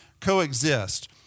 coexist